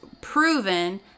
proven